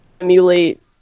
emulate